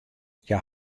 hja